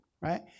Right